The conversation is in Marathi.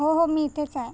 हो हो मी इथेच आहे